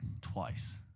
twice